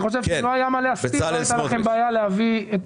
אני חושב שלא הייתה לכם בעיה להביא את